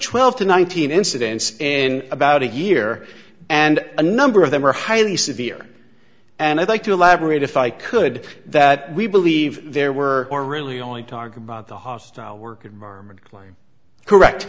twelve to nineteen incidents in about a year and a number of them are highly severe and i'd like to elaborate if i could that we believe there were or really only talk about the hostile work environment correct